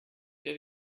did